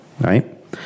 right